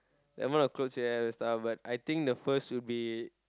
amount of clothes you have and stuff but I think the first would be